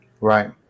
Right